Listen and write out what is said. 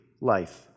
life